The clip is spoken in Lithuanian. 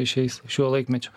šiais šiuo laikmečiu